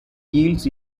yields